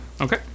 Okay